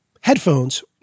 headphones